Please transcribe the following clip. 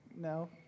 No